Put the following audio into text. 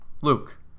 luke